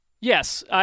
Yes